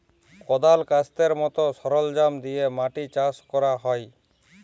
কদাল, ক্যাস্তের মত সরলজাম দিয়ে মাটি চাষ ক্যরা হ্যয়